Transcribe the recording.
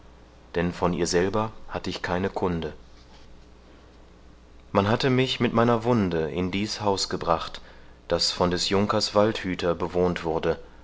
denn von ihr selber hatte ich keine kunde man hatte mich mit meiner wunde in dies haus gebracht das von des junkers waldhüter bewohnt wurde